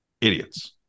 idiots